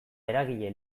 eragile